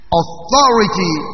authority